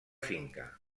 finca